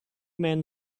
men